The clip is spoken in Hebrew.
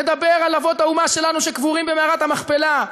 נדבר על אבות האומה שלנו שקבורים במערת המכפלה,